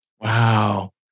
Wow